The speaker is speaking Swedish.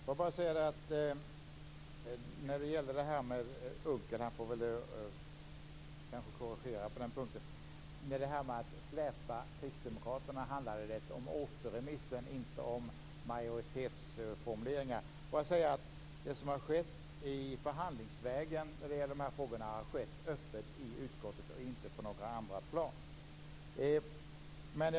Fru talman! När det gäller detta med att släpa kristdemokraterna - Per Unckel får väl kanske korrigera mig på den här punkten - handlade det om återremissen och inte om majoritetsformuleringar. Det som har skett förhandlingsvägen när det gäller dessa frågor har skett öppet i utskottet och inte på några andra plan.